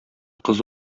кыз